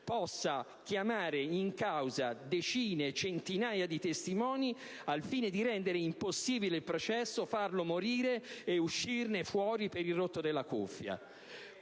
possa chiamare in causa decine, centinaia di testimoni al fine di rendere impossibile il processo, farlo morire e uscirne fuori per il rotto della cuffia.